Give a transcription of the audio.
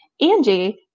Angie